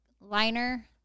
liner